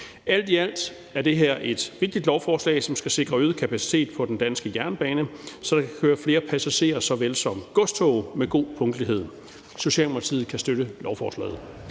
Alt i alt er det her et vigtigt lovforslag, som skal sikre øget kapacitet på den danske jernbane, så der kan køre flere passagerer såvel som godstog med god punktlighed. Socialdemokratiet kan støtte lovforslaget.